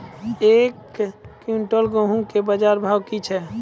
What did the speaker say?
एक क्विंटल गेहूँ के बाजार भाव की छ?